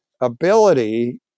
ability